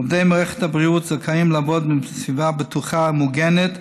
עובדי מערכת הבריאות זכאים לעבוד בסביבה בטוחה ומוגנת,